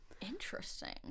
interesting